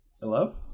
Hello